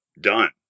done